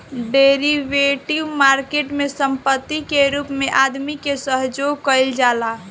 derivative market में संपत्ति के रूप में आदमी के सहयोग कईल जाला